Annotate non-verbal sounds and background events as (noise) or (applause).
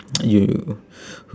(noise) you